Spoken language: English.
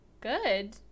good